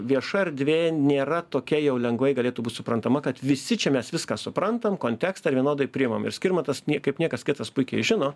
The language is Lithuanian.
vieša erdvė nėra tokia jau lengvai galėtų būt suprantama kad visi čia mes viską suprantam kontekstą ir vienodai priimam ir skirmantas nie kaip niekas kitas puikiai žino